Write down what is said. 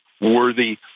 worthy